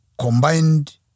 Combined